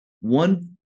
one